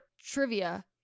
trivia